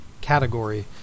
category